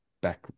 back